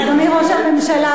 אדוני ראש הממשלה,